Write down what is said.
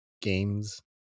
games